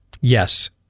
Yes